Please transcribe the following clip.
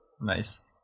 nice